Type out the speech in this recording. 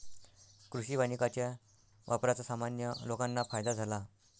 कृषी वानिकाच्या वापराचा सामान्य लोकांना फायदा झाला